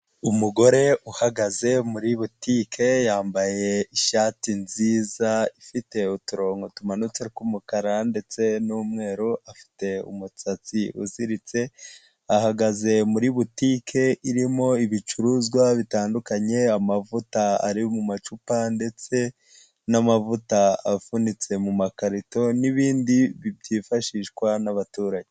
Umugore uhagaze muri butike yambaye ishati nziza ifite uturongo tumanutse tw'umukara ndetse n'umweru afite umusatsi uziritse, ahagaze muri butike irimo ibicuruzwa bitandukanye amavuta ari mu macupa ndetse, n'amavuta afunitse mu mumakarito n'ibindi byifashishwa n'abaturage.